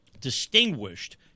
distinguished